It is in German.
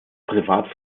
privat